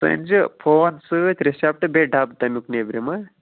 ژٕ أنۍ زِ فون سۭتۍ رِسیٚپٹہٕ بیٚیہِ ڈَبہٕ تَمیُک نیٚبرِم